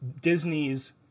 Disney's